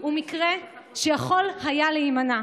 הוא מקרה שיכול היה להימנע.